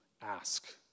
ask